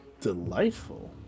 delightful